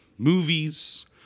movies